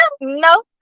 no